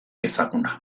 ezaguna